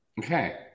Okay